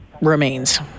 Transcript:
remains